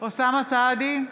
אוסאמה סעדי,